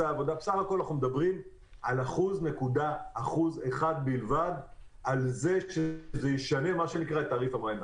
בסך הכול אנחנו מדברים על 1.1% בלבד שישנה את תעריף המים.